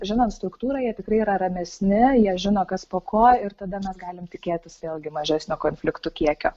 žinant struktūrą jie tikrai yra ramesni jie žino kas po ko ir tada mes galim tikėtis vėlgi mažesnio konfliktų kiekio